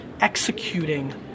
executing